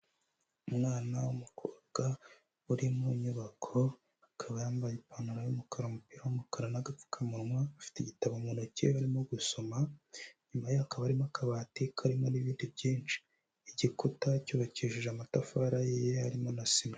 Umwana w'umukobwa uri mu nyubako akaba yambaye ipantaro y'umukara, umupira w'umukara, n'agapfukamunwa, afite igitabo mu ntoki arimo gusoma, inyuma ye hakaba harimo akabati karimo n'ibindi byinshi, igikuta cyubakishije amatafari ahiye harimo na sima.